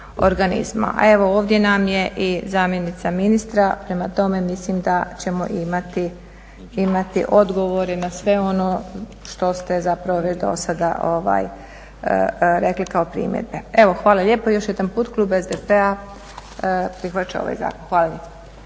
a evo ovdje nam je i zamjenica ministra prema tome mislim da ćemo imati odgovore na sve ono što ste već do sada rekli kao primjedbe. Evo hvala lijepo. Još jedan put klub SDP-a prihvaća ovaj zakon. Hvala